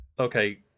okay